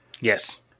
yes